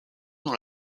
dans